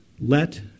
let